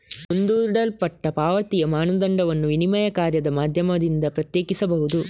ಮುಂದೂಡಲ್ಪಟ್ಟ ಪಾವತಿಯ ಮಾನದಂಡವನ್ನು ವಿನಿಮಯ ಕಾರ್ಯದ ಮಾಧ್ಯಮದಿಂದ ಪ್ರತ್ಯೇಕಿಸಬಹುದು